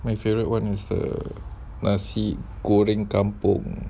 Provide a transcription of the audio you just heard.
my favourite one is err nasi goreng kampung